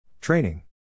Training